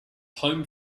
home